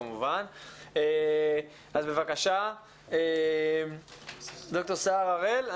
בבקשה ד"ר סער הראל,